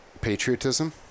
patriotism